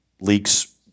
leaks